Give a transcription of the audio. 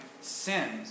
sins